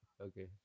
okay